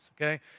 okay